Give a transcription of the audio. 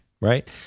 Right